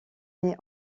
née